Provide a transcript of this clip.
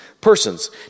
persons